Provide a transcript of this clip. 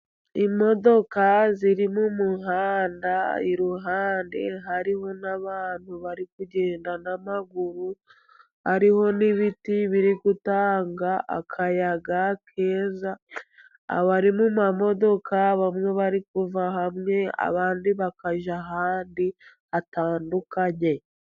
Imodoka ziri mu muhanda iruhande hari n'abantu bari kugendana n'amaguru, hariho n'ibiti biri gutanga akayaga keza, abari mu ma modoka bamwe bari kuva hamwe abandi bakajya ahandi hatandukanye.